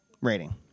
Rating